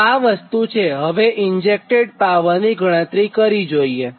તો આ વસ્તુ છે હવે ઇન્જેક્ટેડ પાવરની ગણતરી જોઇએ